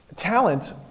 Talent